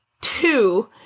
Two